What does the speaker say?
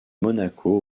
monaco